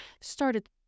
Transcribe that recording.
started